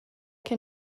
che